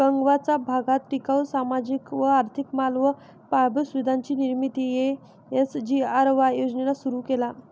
गगावाचा भागात टिकाऊ, सामाजिक व आर्थिक माल व पायाभूत सुविधांची निर्मिती एस.जी.आर.वाय योजनेला सुरु केला